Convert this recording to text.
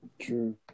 True